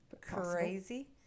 crazy